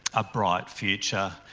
a bright future.